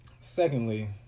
secondly